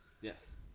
Yes